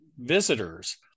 visitors